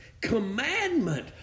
commandment